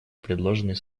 предложенный